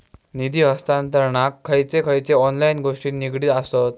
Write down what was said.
निधी हस्तांतरणाक खयचे खयचे ऑनलाइन गोष्टी निगडीत आसत?